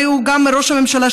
הרי הוא גם ראש הממשלה,